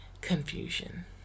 confusion